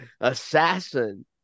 assassin